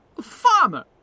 farmer